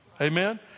Amen